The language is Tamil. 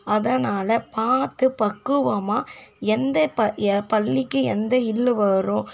அதனால் பார்த்து பக்குவமாக எந்த பள்ளிக்கு எந்த ள் வரும்